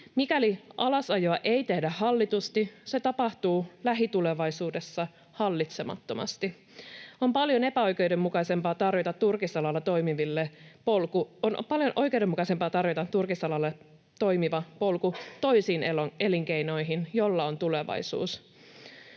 Mikäli alasajoa ei tehdä hallitusti, se tapahtuu lähitulevaisuudessa hallitsemattomasti. On paljon oikeudenmukaisempaa tarjota turkisalalla toimiville polku toisiin elinkeinoihin, joilla on tulevaisuus.